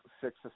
six